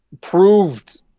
proved